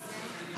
מי?